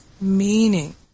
meaning